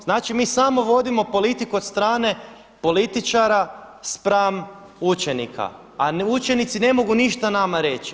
Znači mi samo vodimo politiku od strane političara spram učenika a učenici ne mogu ništa nama reći.